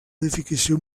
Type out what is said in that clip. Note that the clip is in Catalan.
edificació